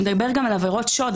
הוא מדבר גם על עבירות שוד.